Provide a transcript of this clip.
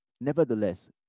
Nevertheless